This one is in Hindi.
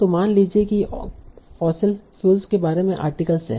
तो मान लीजिए ये फॉसिल फ्यूल्स के बारे में आर्टिकल हैं